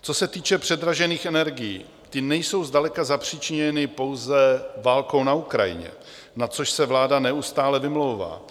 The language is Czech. Co se týče předražených energií, ty nejsou zdaleka zapřičiněny pouze válkou na Ukrajině, na což se vláda neustále vymlouvá.